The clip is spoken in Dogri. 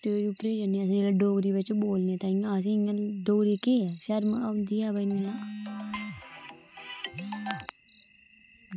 स्टेज़ उप्परै गी जन्ने ते जिसलै डोगरी बिच्च बोलने गी ताहीं असें गी इं'या शर्म औंदी ते बा इन्नी